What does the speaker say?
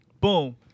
boom